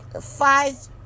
five